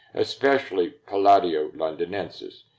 especially palladio londinensis.